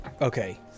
Okay